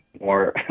More